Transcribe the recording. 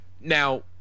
Now